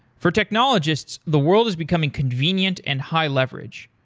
for technologists, the world is becoming convenient and high leverage.